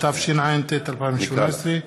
התשע"ט 2018,